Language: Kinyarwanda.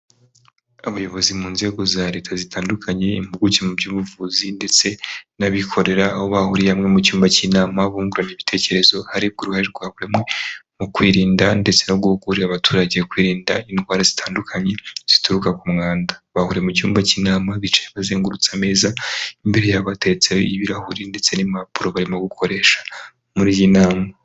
Abayobozi mu nzego za leta zitandukanye impuguke mu by'ubuvuzi ndetse n'abikorera, aho bahuriye hamwe mu cyumba cy'inama bungurana ibitekerezo hari ku ruhare rwa buri umwe mu kwirinda ndetse no guhugurira abaturage kwirinda indwara zitandukanye zituruka ku mwanda. Bahurira mu cyumba cy'inama, bicaye bazengurutse ameza imbere yabo hatetseho ibirahuri ndetse n'impapuro barimo gukoresha muri iyi nama.